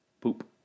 poop